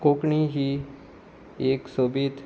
कोंकणी ही एक सोबीत